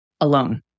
alone